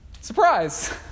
Surprise